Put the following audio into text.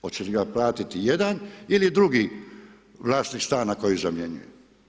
Hoće li ga platiti jedan ili drugi vlasnik stana koji zamjenjuje.